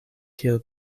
kiel